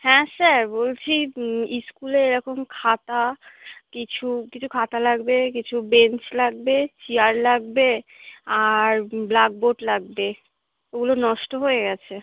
হ্যাঁ স্যার বলছি স্কুলে এরকম খাতা কিছু কিছু খাতা লাগবে কিছু বেঞ্চ লাগবে চিয়ার লাগবে আর ব্ল্যাক বোর্ড লাগবে এগুলো নষ্ট হয়ে গেছে